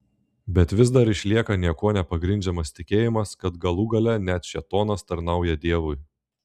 bet vis dar išlieka niekuo nepagrindžiamas tikėjimas kad galų gale net šėtonas tarnauja dievui